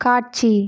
காட்சி